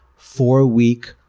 four weak,